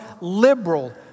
liberal